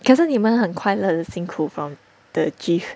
可是你们很快乐的辛苦 from the GIF